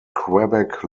quebec